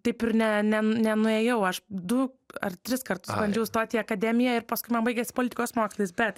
taip ir ne nen nenuėjau aš du ar tris kartus bandžiau stot į akademiją ir paskui man baigėsi politikos mokslais bet